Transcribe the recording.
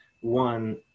one